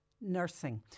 nursing